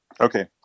Okay